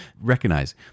recognize